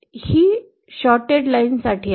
तर ही short line साठी आहे